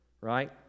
right